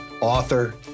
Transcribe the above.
author